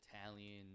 Italian